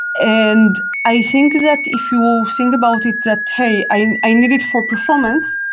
and i think that if you think about it that, hey, i and i need it for performance.